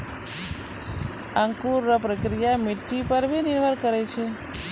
अंकुर रो प्रक्रिया मट्टी पर भी निर्भर करै छै